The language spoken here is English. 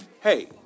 Hey